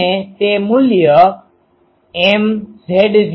અને તે મૂલ્ય MZ0k02sin 4πre jk0ra